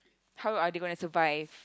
how are they gonna survive